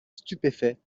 stupéfait